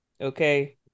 Okay